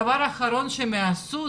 הדבר האחרון שהם יעשו,